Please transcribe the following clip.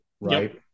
right